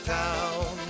town